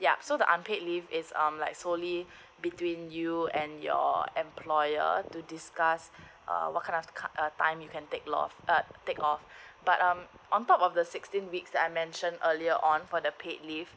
yup so the unpaid leave is um like solely between you and your employer to discuss err what kind of cut off time you can take a lot of uh take off but um on top of the sixteen weeks that I mentioned earlier on for the paid leave